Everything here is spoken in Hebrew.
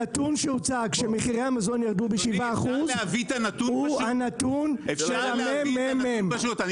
הנתון שהוצג שמחירי המזון ירדו ב-7% הוא הנתון של הממ"מ.